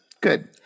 Good